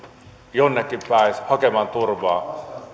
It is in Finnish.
jonnekin päin hakemaan turvaa